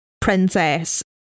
princess